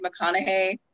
McConaughey